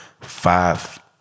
five